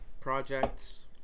projects